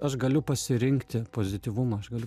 aš galiu pasirinkti pozityvumą aš galiu